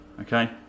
Okay